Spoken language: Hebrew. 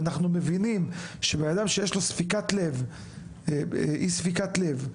ואנחנו מבינים שבן אדם שיש לו בעיית אי ספיקת לב,